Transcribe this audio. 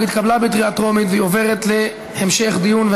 התשע"ז 2017,